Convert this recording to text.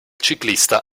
ciclista